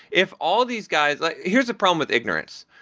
if all these guys like here's a problem with ignorance,